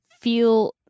feel